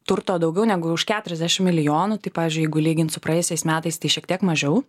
turto daugiau negu už keturiasdešim milijonų tai pavyzdžiui jeigu lygint su praėjusiais metais tai šiek tiek mažiau